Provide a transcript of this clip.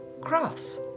cross